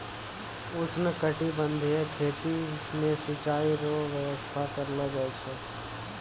उष्णकटिबंधीय खेती मे सिचाई रो व्यवस्था करलो जाय छै